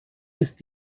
ist